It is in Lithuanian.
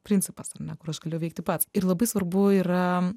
principas ar ne kur aš galiu veikti pats ir labai svarbu yra